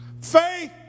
faith